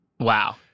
Wow